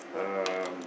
um